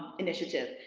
initiative.